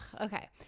okay